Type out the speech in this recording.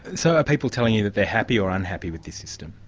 and so are people telling you that they're happy or unhappy with this system?